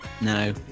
no